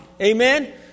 Amen